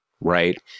Right